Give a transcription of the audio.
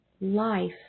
life